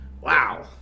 Wow